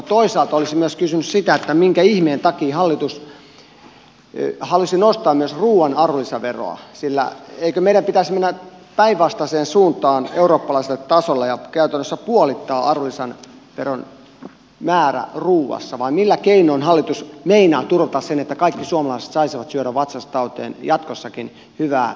toisaalta olisin myös kysynyt sitä minkä ihmeen takia hallitus halusi nostaa myös ruoan arvonlisäveroa sillä eikö meidän pitäisi mennä päinvastaiseen suuntaan eurooppalaiselle tasolle ja käytännössä puolittaa arvonlisäveron määrä ruoassa vai millä keinoin hallitus meinaa turvata sen että kaikki suomalaiset saisivat syödä vatsansa täyteen jatkossakin hyvää suomalaista ruokaa